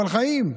אבל חיים.